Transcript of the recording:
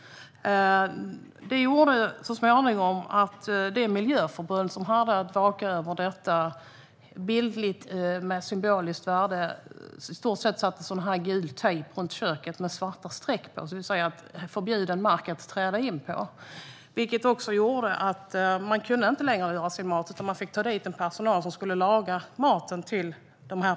Det gjorde så småningom att det miljöförbund som hade att vaka över detta i stort sett - bildligt och med symboliskt värde - satte gul tejp med svarta streck runt köket, som förbjuden mark att träda in på. Det gjorde att dessa personer inte längre kunde göra sig mat, utan man fick ta dit personal som skulle laga mat åt dem.